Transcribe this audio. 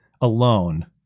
alone